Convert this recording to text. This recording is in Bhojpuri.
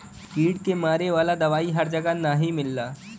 कीट के मारे वाला दवाई हर जगह नाही मिलला